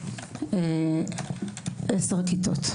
המורה בשבילם היא עובדת סוציאלית,